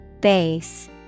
Base